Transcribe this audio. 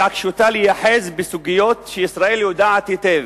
התעקשותה של ישראל להיאחז בסוגיות שהיא יודעת היטב